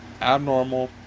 abnormal